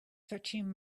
stretching